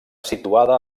situada